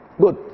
Good